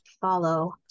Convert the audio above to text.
follow